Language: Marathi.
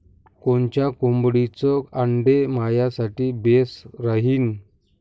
कोनच्या कोंबडीचं आंडे मायासाठी बेस राहीन?